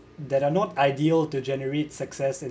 that are not ideal to generate success in